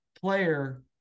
player